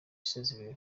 sezibera